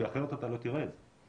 כי אחרת אתה לא תראה את זה.